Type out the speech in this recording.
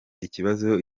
ikibazo